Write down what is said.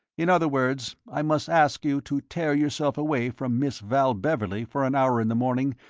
in other words, i must ask you to tear yourself away from miss val beverley for an hour in the morning,